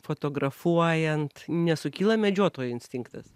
fotografuojant nesukyla medžiotojo instinktas